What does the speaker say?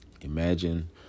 Imagine